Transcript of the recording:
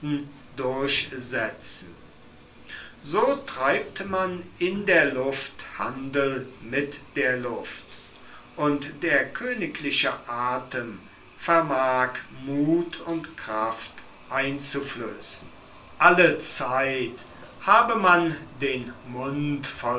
durchsetzen so treibt man in der luft handel mit der luft und der königliche athem vermag muth und kraft einzustoßen allezeit habe man den mund